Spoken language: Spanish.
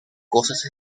cosas